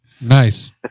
Nice